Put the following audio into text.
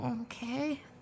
Okay